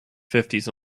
fifties